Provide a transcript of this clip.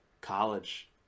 college